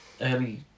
early